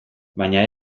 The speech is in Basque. baina